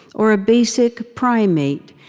or a basic primate,